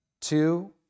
Two